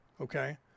Okay